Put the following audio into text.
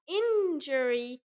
injury